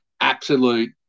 Absolute